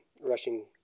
rushing